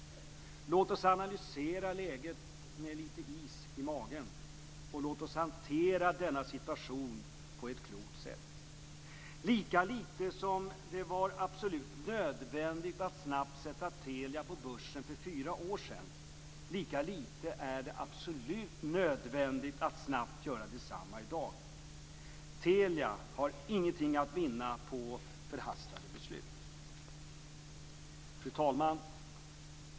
Låt oss analysera läget med lite is i magen, och låt oss hantera denna situation på ett klokt sätt. Lika litet som det var absolut nödvändigt att snabbt sätta Telia på börsen för fyra år sedan, lika lite är det absolut nödvändigt att snabbt göra detsamma i dag. Telia har ingenting att vinna på förhastade beslut. Fru talman!